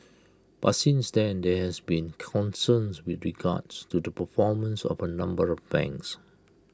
but since then there have been concerns with regards to the performance of A number of banks